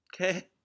Okay